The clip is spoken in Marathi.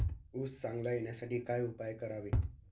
ऊस चांगला येण्यासाठी काय उपाय करावे?